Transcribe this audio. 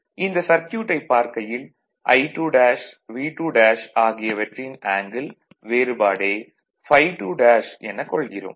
இந்த சர்க்யூட்டைப் பார்க்கையில் I2' V2' ஆகியவற்றின் ஆங்கிள் வேறுபாடே ∅2' எனக் கொள்கிறோம்